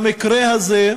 למקרה הזה.